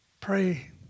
Pray